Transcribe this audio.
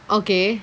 okay